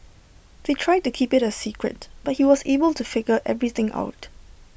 they tried to keep IT A secret but he was able to figure everything out